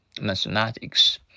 Mathematics